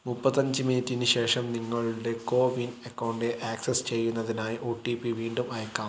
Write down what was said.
മുപ്പത്തിയഞ്ച് മിനിറ്റിന് ശേഷം നിങ്ങളുടെ കോവിൻ അക്കൗണ്ട് ആക്സസ് ചെയ്യുന്നതിനായി ഒ ടി പി വീണ്ടും അയയ്ക്കാം